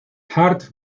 hart